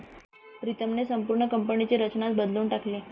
प्रीतमने संपूर्ण कंपनीची रचनाच बदलून टाकली